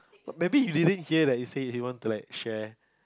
maybe he didn't hear that he say he want to like share